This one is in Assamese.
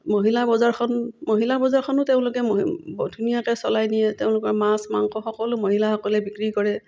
মহিলা বজাৰখন মহিলা বজাৰখনো তেওঁলোকে ধুনীয়াকৈ চলাই নিয়ে তেওঁলোকে মাছ মাংস সকলো মহিলাসকলে বিক্ৰী কৰে